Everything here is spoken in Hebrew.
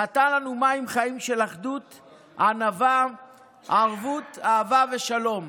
נתן לנו מים של אחדות, ענווה, ערבות, אהבה ושלום.